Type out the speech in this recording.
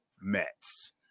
Mets